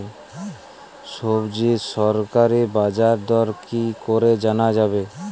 সবজির সরকারি বাজার দর কি করে জানা যাবে?